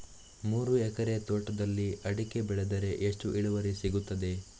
ಮೂರು ಎಕರೆ ತೋಟದಲ್ಲಿ ಅಡಿಕೆ ಬೆಳೆದರೆ ಎಷ್ಟು ಇಳುವರಿ ಸಿಗುತ್ತದೆ?